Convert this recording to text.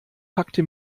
packte